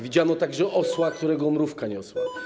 Widziano także osła,/ Którego mrówka niosła”